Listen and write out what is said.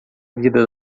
vida